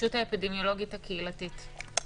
"הרשת האפידמיולוגית הקהילתית",